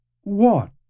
What